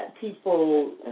people